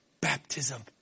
baptism